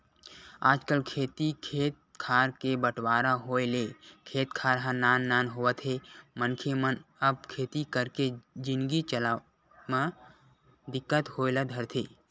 आजकल खेती खेत खार के बंटवारा होय ले खेत खार ह नान नान होवत हे मनखे मन अब खेती करके जिनगी चलाय म दिक्कत होय ल धरथे